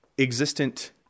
existent